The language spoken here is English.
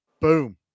boom